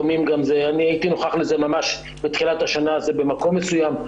אני ראיתי את זה בתחילת השנה במקום מסוים,